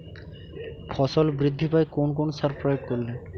ফসল বৃদ্ধি পায় কোন কোন সার প্রয়োগ করলে?